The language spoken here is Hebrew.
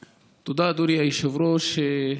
תודה, אדוני היושב-ראש.